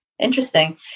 Interesting